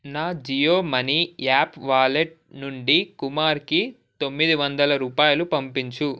నా Jio money app wallet నుండి కుమార్కి తొమ్మిది వందల రూపాయలు పంపించు